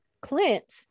Clint